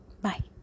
Bye